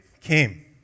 came